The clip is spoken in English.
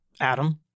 Adam